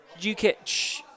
Jukic